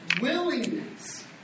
willingness